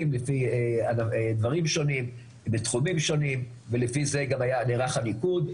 לפי דברים שונים מתחומים שונים ולפי זה גם נערך המיקוד,